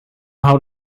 how